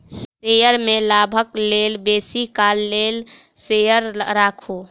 share में लाभक लेल बेसी काल लेल शेयर राखू